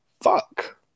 fuck